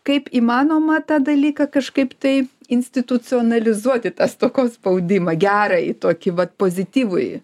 kaip įmanoma tą dalyką kažkaip tai institucionalizuoti tą stokos spaudimą gerą į tokį vat pozityvųjį